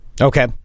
Okay